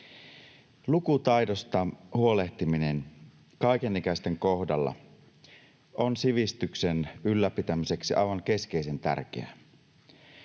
Lukutaidosta huolehtiminen kaikenikäisten kohdalla on sivistyksen ylläpitämiseksi aivan keskeisen tärkeää.